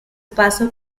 paso